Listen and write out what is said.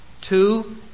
Two